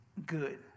Good